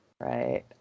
right